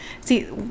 See